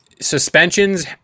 suspensions